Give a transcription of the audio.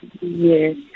Yes